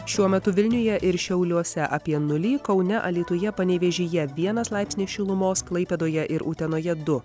šiuo metu vilniuje ir šiauliuose apie nulį kaune alytuje panevėžyje vienas laipsnis šilumos klaipėdoje ir utenoje du